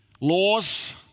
laws